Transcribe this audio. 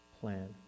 plan